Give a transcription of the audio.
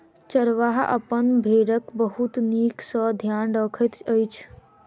चरवाहा अपन भेड़क बहुत नीक सॅ ध्यान रखैत अछि